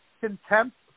contempt